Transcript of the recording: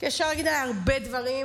כי אפשר להגיד עליי הרבה דברים,